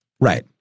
Right